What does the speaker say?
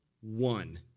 One